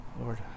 Lord